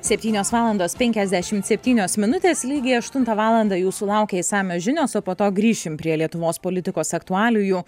septynios valandos penkiasdešimt septynios minutės lygiai aštuntą valandą jūsų laukia išsamios žinios o po to grįšim prie lietuvos politikos aktualijų